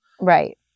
Right